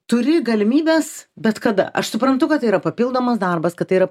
turi galimybes bet kada aš suprantu kad tai yra papildomas darbas kad tai yra